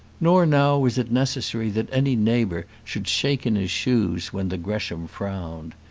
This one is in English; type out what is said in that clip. nor now was it necessary that any neighbour should shake in his shoes when the gresham frowned.